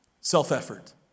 self-effort